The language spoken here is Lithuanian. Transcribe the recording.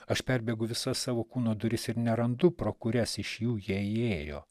aš perbėgu visas savo kūno duris ir nerandu pro kurias iš jų jie įėjo